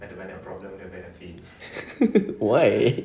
why